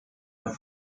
der